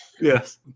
Yes